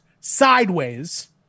sideways